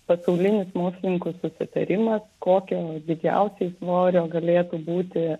pasaulinis mokslininkų susitarimas kokio didžiausiai svorio galėtų būti